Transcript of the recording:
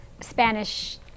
Spanish